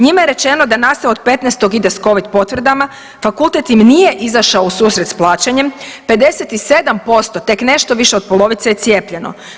Njima je rečeno da nastava od 15.-tog ide s Covid potvrdama, fakultet im nije izašao u susret s plaćanjem, 57% tek nešto više od polovice je cijepljeno.